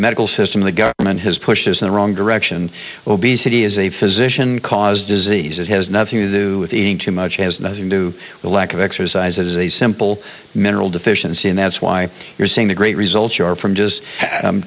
medical system the government has pushed us in the wrong direction obesity as a physician cause disease that has nothing to do with eating too much has nothing to do with a lack of exercise as a simple mineral deficiency and that's why you're saying the great results are from just